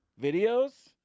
Videos